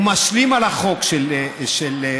הוא משלים את החוק של פולקמן,